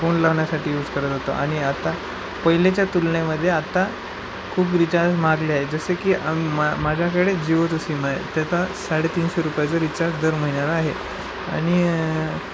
phone लावण्यासाठी use करत होतो आणि आता पहिलेच्या तुलनेमध्ये आता खूप रिचार्ज महागले आहे जसे की मा माझ्याकडे जिओचं सिम आहे ते आता साडेतीनशे रुपयाचं रिचार्ज दर महिन्याला आहे आणि